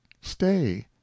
stay